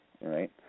right